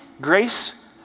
Grace